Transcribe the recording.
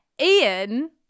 Ian